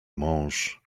mąż